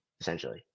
essentially